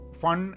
fun